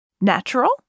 natural